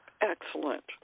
Excellent